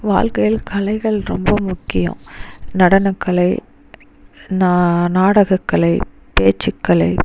வாழ்க்கையில் கலைகள் ரொம்ப முக்கியம் நடனக்கலை நா நாடகக்கலை பேச்சுக்கலை